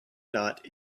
not